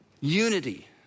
unity